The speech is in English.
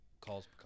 calls